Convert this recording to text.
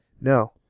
No